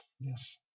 Yes